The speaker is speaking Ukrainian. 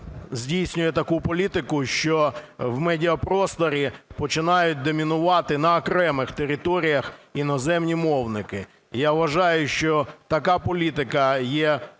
здійснює таку політику, що в медіапросторі починають домінувати на окремих територіях іноземні мовники. Я вважаю, що така політика є